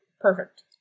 Perfect